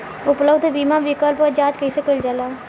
उपलब्ध बीमा विकल्प क जांच कैसे कइल जाला?